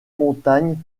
montagnes